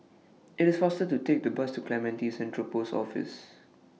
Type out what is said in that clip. IT IS faster to Take The Bus to Clementi Central Post Office